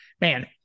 man